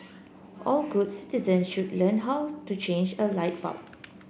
all good citizen should learn how to change a light bulb